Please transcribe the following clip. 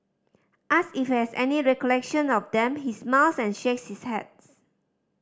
asked if he has any recollection of them he smiles and shakes his heads